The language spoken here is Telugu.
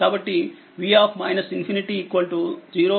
కాబట్టిv ∞0 అవుతుంది అని నేను చెప్పాను